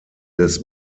des